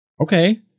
Okay